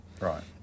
Right